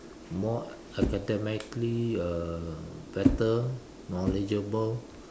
more academically uh better knowledgeable